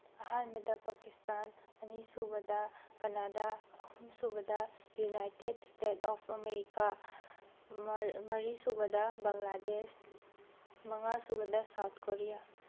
ꯑꯍꯥꯟꯕꯗ ꯄꯥꯀꯤꯁꯇꯥꯟ ꯑꯅꯤꯁꯨꯕꯗ ꯀꯅꯥꯗꯥ ꯑꯍꯨꯝꯁꯨꯕꯗ ꯌꯨꯅꯥꯏꯇꯦꯠ ꯏꯁꯇꯦꯠ ꯑꯣꯐ ꯑꯃꯦꯔꯤꯀꯥ ꯃꯔꯤ ꯁꯨꯕꯗ ꯕꯪꯒ꯭ꯂꯥꯗꯦꯁ ꯃꯉꯥ ꯁꯨꯕꯗ ꯁꯥꯎꯠ ꯀꯣꯔꯤꯌꯥ